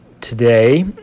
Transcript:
today